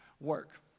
work